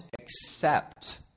accept